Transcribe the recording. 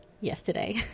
yesterday